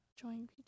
Join